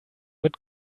mit